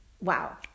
Wow